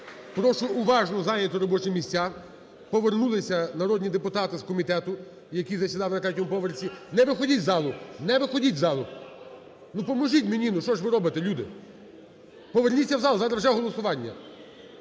прошу уважно зайняти робочі місця, повернулися народні депутати з комітету, які засідали на третьому поверсі… не виходіть з залу, не виходіть з залу, допоможіть мені, що ж ви робите, люди? Поверніться в зал зараз вже голосування.